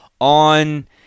on